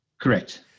Correct